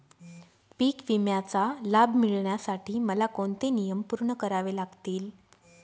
पीक विम्याचा लाभ मिळण्यासाठी मला कोणते नियम पूर्ण करावे लागतील?